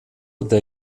dei